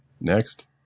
next